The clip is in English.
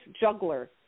juggler